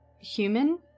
human